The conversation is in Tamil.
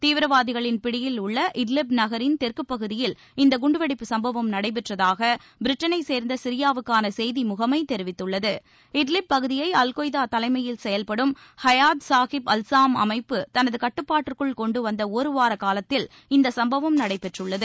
தீவிரவாதிகளின் பிடியில் உள்ள இட்லிப் நகரின் தெற்குப் பகுதியில் இந்த குண்டுவெடிப்பு சும்பவம் நடைபெற்றதாக பிரிட்டனைச் சேர்ந்த சிரியாவுக்கான செய்தி முகமை தெரிவித்துள்ளது இட்லிப் பகுதியை அல்கொய்தா தலைமையில் செயல்படும் ஹயாத் சாகிப் அல் சாம் அமைப்பு தனது கட்டுப்பாட்டிற்குள் கொண்டு வந்த ஒரு வார காலத்தில் இந்த சுப்பவம் நடைபெற்றுள்ளது